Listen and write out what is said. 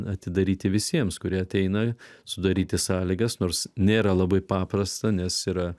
atidaryti visiems kurie ateina sudaryti sąlygas nors nėra labai paprasta nes yra